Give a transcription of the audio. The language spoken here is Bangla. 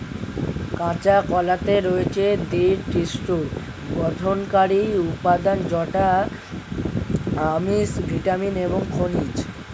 কাঁচা কলাতে রয়েছে দৃঢ় টিস্যুর গঠনকারী উপাদান যথা আমিষ, ভিটামিন এবং খনিজ